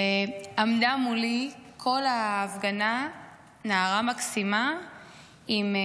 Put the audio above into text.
כל ההפגנה עמדה מולי נערה מקסימה עם